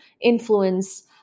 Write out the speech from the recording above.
influence